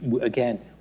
again